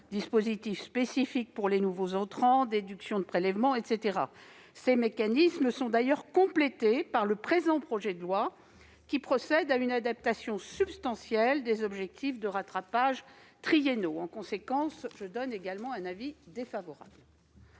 dispositifs spécifiques pour les nouveaux entrants, déduction de prélèvements, etc. Ces mécanismes sont d'ailleurs complétés par le présent texte, qui procède à une adaptation substantielle des objectifs de rattrapage triennaux. En conséquence, j'émets à mon tour un avis défavorable.